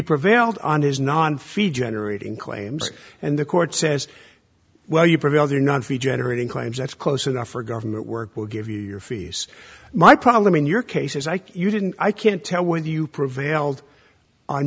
prevailed on his non feed generating claims and the court says well you prevail they're not fee generating claims that's close enough for government work we'll give you your fees my problem in your case is like you didn't i can't tell when you prevailed on